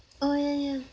oh yeah yeah